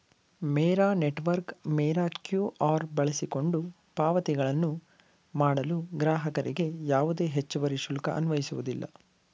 ಮೇರಾ network Mera QR ಬಳಸಿಕೊಂಡು ಪಾವತಿಗಳನ್ನು ಮಾಡಲು ಗ್ರಾಹಕರಿಗೆ ಯಾವುದೇ ಹೆಚ್ಚುವರಿ ಶುಲ್ಕ ಅನ್ವಯಿಸುವುದಿಲ್ಲ